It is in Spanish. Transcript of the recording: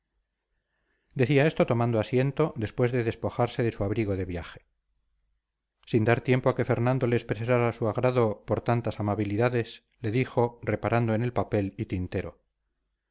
decía esto tomando asiento después de despojarse de su abrigo de viaje sin dar tiempo a que fernando le expresara su agrado por tantas amabilidades le dijo reparando en el papel y tintero